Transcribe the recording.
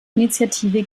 initiative